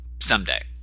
someday